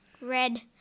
red